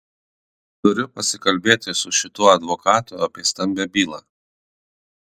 turiu pasikalbėti su šituo advokatu apie stambią bylą